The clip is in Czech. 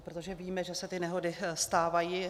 Protože víme, že se ty nehody stávají.